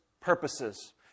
purposes